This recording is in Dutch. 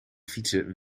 fietsen